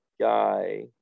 guy